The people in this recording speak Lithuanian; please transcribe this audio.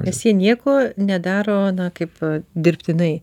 nes jie nieko nedaro na kaip dirbtinai